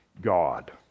God